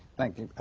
thank you,